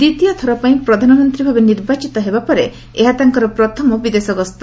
ଦ୍ୱିତୀୟ ଥରପାଇଁ ପ୍ରଧାନମନ୍ତ୍ରୀ ଭାବେ ନିର୍ବାଚିତ ହେବା ପରେ ଏହା ତାଙ୍କର ପ୍ରଥମ ବିଦେଶ ଗସ୍ତ